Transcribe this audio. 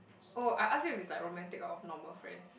oh I ask you if it's like romantic or normal friends